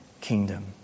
kingdom